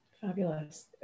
Fabulous